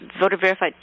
Voter-verified